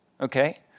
Okay